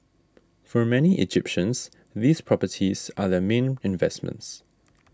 for many Egyptians these properties are their main investments